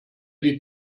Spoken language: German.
die